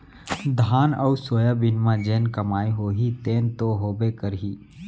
धान अउ सोयाबीन म जेन कमाई होही तेन तो होबे करही